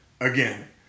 again